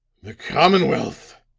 the commonwealth!